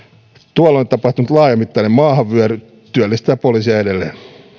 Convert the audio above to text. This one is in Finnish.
tuolloin tapahtunut laajamittainen maahanvyöry työllistää poliisia edelleen